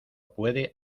puede